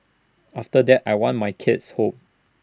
after that I want my kids home